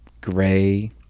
gray